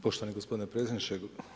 Poštovani gospodine predsjedniče.